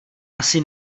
asi